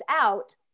out